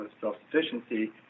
self-sufficiency